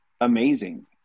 amazing